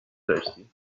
thirsty